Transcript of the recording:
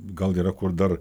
gal yra kur dar